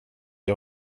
jag